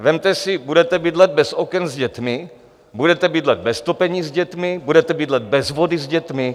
Vezměte si, budete bydlet bez oken s dětmi, budete bydlet bez topení s dětmi, budete bydlet bez vody s dětmi?